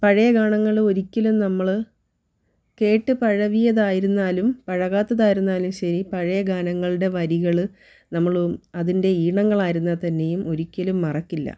പഴയ ഗാനങ്ങൾ ഒരിക്കലും നമ്മൾ കേട്ട് പഴകിയതായിരുന്നാലും പഴകാത്തതായിരുന്നാലും ശരി പഴയ ഗാനങ്ങളുടെ വരികൾ നമ്മൾ അതിൻ്റെ ഈണങ്ങളായിരുന്നാൽ തന്നെയും ഒരിക്കലും മറക്കില്ല